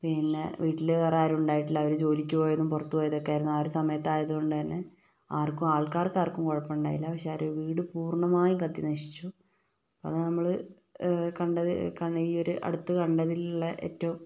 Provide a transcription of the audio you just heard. പിന്നെ വീട്ടില് വേറെ ആരുണ്ടായിട്ടില്ല അവര് ജോലിക്ക് പോയതും പുറത്തുപോയതും ഒക്കെയായിരുന്നുആ ഒരു സമയത്തായത് കൊണ്ടന്നെ ആർക്കും ആൾക്കാർക്ക് ആർക്കും കുഴപ്പഇണ്ടായില്ല പക്ഷെ അവരുടെ വീട് പൂർണമായും കത്തി നശിച്ചു അത് നമ്മള് കണ്ടത് ഈ ഒരു അടുത്ത് കണ്ടതിലുള്ള ഏറ്റവും